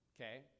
okay